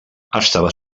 estava